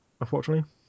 unfortunately